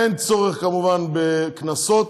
אין צורך כמובן בקנסות,